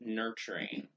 nurturing